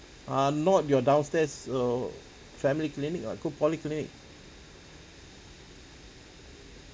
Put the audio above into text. ah not your downstairs err family clinic what go polyclinic